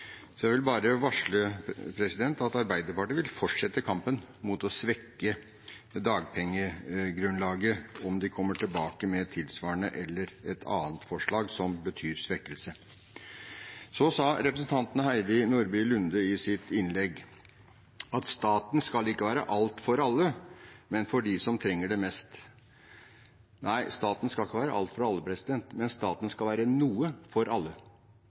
Så jeg vil bare varsle at Arbeiderpartiet vil fortsette kampen mot å svekke dagpengegrunnlaget om man kommer tilbake med tilsvarende eller et annet forslag som betyr svekkelse. Så sa representanten Heidi Nordby Lunde i sitt innlegg at staten skal ikke være alt for alle, men for dem som trenger det mest. Nei, staten skal ikke være alt for alle, men staten skal være noe for alle.